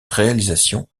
réalisation